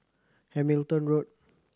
Hamilton Road